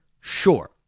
sure